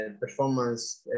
performance